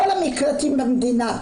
כל המקלטים במדינה,